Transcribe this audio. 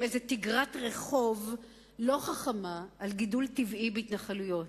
איזו תגרת רחוב לא חכמה על גידול טבעי בהתנחלויות.